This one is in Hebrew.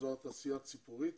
באזור התעשייה ציפורית